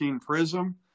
Prism